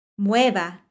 Mueva